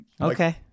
Okay